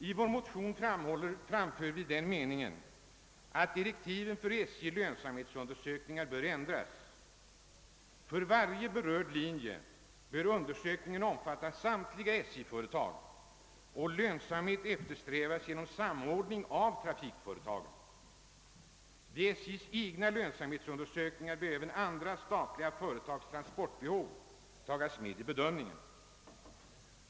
I vår motion framför vi meningen att direktiven för SJ:s lönsamhetsundersökningar bör ändras. För varje berörd linje bör undersökningen omfatta samtliga SJ-företag och lönsamhet eftersträvas genom samordning av trafikföretagen. Vid SJ:s egna lönsamhetsundersökningar bör även andra statliga företags transportbehov tagas med i bedömningen.